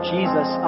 Jesus